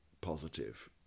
positive